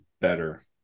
better